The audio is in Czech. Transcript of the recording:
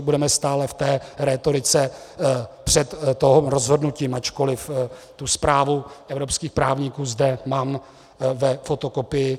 Budeme stále v té rétorice před tím rozhodnutím, ačkoliv tu zprávu evropských právníků zde mám ve fotokopii.